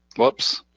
whoops.